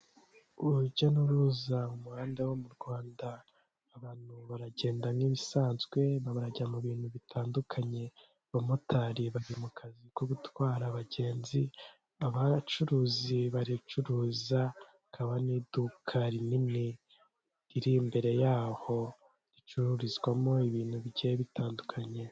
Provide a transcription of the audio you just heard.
Urujya n'uruza umuhanda wo mu Rwanda abantu baragenda nk'ibisanzwe babajya mu bintu bitandukanye abamotari bajya mu kazi ko gutwara abagenzi abacuruzi barigucuruza n'iduka rinini riri imbere yaho ricururizwamo ibintu bigiye bitandukanye.